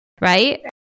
Right